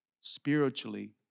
spiritually